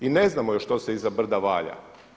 I ne znamo još što se iza brda valja.